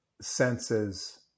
senses